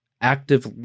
active